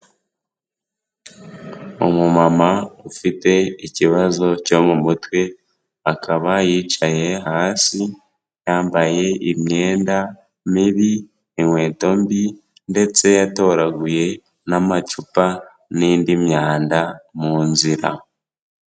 Umumama ufite ikibazo cyo mu mutwe, akaba yicaye hasi, yambaye imyenda mibi, inkweto mbi ndetse yatoraguye n'amacupa n'indi myanda mu nzira.